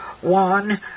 One